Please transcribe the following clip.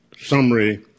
summary